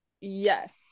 yes